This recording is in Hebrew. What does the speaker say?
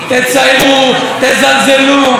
תציירו, תזלזלו.